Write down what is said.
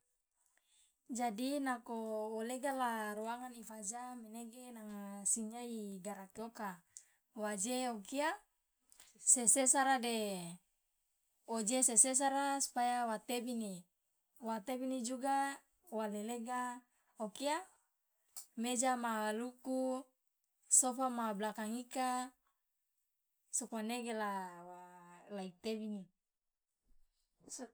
jadi nako wolega la ruangan ifaja menege nanga sinyia igaraki oka wa je okia sesesara de oje sesesara supaya wa tebini wa tebini juga wa lelega okia meja maaluku sofa ma blakang ika sokomanege la wa la itebini.